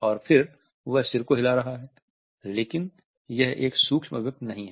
और फिर वह सिर को हिला रहा है लेकिन यह एक सूक्ष्म अभिव्यक्ति नहीं है